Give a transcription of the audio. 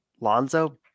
Lonzo